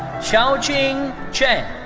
shaoqing chen.